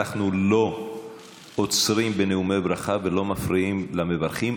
אנחנו לא עוצרים בנאומי ברכה ולא מפריעים למברכים,